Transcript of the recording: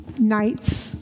nights